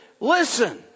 Listen